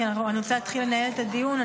כי אני רוצה להתחיל לנהל את הדיון.